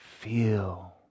feel